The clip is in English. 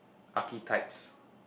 lucky types